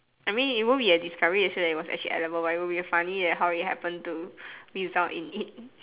I mean it won't be a discovery that say it was actually edible but it will be funny that how it happen to result in it